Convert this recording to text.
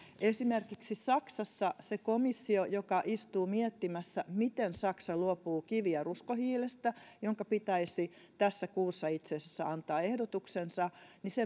esimerkiksi saksassa sen komission joka istuu miettimässä miten saksa luopuu kivi ja ruskohiilestä ja jonka pitäisi tässä kuussa itse asiassa antaa ehdotuksensa